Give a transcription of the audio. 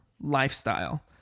lifestyle